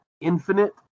infinite